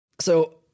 So-